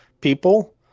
people